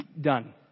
Done